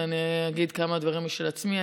ואני אגיד כמה דברים משל עצמי.